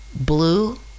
blue